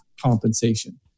compensation